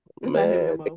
Man